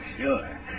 sure